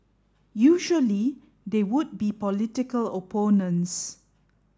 usually they would be political opponents